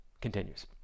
Continues